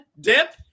dip